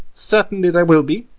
certainly there will be,